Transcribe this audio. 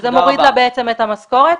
מה שבעצם מוריד לה את המשכורת.